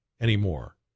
anymore